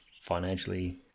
financially